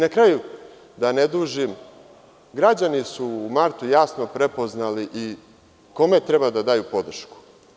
Na kraju, da ne dužim građani su u martu jasno prepoznali i kome treba da daju podršku.